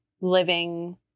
living